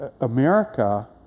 America